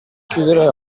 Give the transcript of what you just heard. chiudere